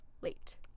late